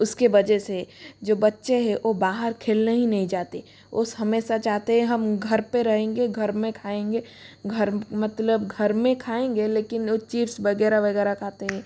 उसके वजह से जो बच्चे है ओ बाहर खेलने ही नहीं जाते उस हमेशा चाहते है हम घर पे रहेंगे घर में खाएंगे घर मतलब घर में खाएंगे लेकिन चिप्स वगैरह वगैरह खाते है